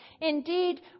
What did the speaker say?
Indeed